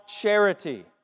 charity